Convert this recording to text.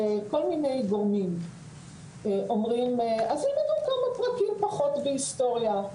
שכל מיני גורמים אומרים עשיתם כמה פרקים פחות בהיסטוריה,